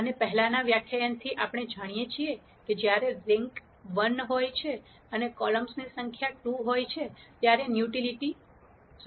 અને પહેલાનાં વ્યાખ્યાનથી આપણે જાણીએ છીએ કે જ્યારે રેન્ક 1 હોય છે અને કોલમ્સ ની સંખ્યા 2 હોય છે ત્યારે ન્યુલીટી 1 હોય છે